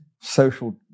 social